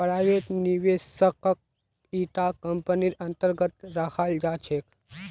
private निवेशकक इटा कम्पनीर अन्तर्गत रखाल जा छेक